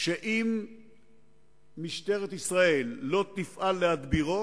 שאם משטרת ישראל לא תפעל להדבירו,